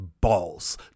balls